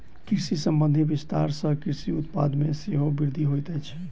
कृषि संबंधी विस्तार सॅ कृषि उत्पाद मे सेहो वृद्धि होइत अछि